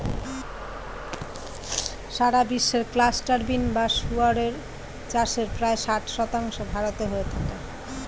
সারা বিশ্বে cluster bean বা গুয়ার এর চাষের প্রায় ষাট শতাংশ ভারতে হয়ে থাকে